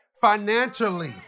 financially